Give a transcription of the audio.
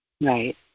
Right